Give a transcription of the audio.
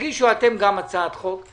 תגישו גם אתם הצעת חוק,